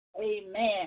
Amen